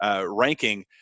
ranking